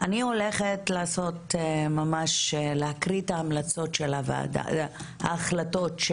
אני הולכת לעשות ממש להקריא את ההחלטות של